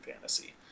fantasy